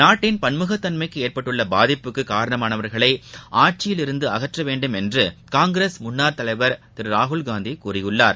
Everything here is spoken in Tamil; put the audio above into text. நாட்டின் பன்முகத்தன்மைக்கு ஏற்பட்டுள்ள பாதிப்புக்கு காரணமானவர்களை ஆட்சியிலிருந்து அகற்றவேண்டும் என்று காங்கிரஸ் முன்னாள் தலைவர் திரு ராகுல்காந்தி கூறியுள்ளார்